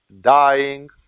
dying